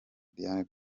diane